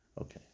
okay